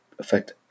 affect